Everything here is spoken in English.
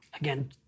Again